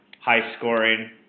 high-scoring